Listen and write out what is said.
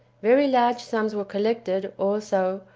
very large sums were collected, also,